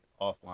offline